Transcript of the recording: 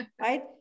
right